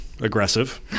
aggressive